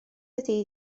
ydy